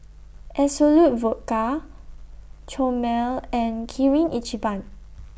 Absolut Vodka Chomel and Kirin Ichiban